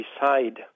decide